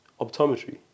optometry